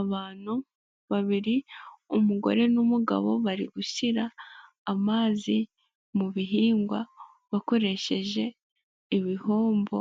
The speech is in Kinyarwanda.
Abantu babiri umugore n'umugabo bari gushyira amazi mu bihingwa bakoresheje ibihombo